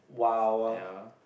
wow